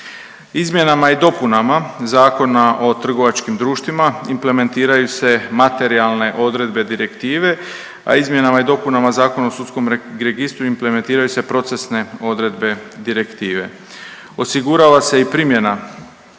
Izmjenama i dopunama Zakona o trgovačkim društvima implementiraju se materijalne odredbe direktive, a izmjenama i dopunama Zakona o sudskom registru implementiraju se procesne odredbe direktive. Osigurava se i primjena